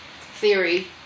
theory